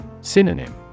Synonym